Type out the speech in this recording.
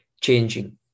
changing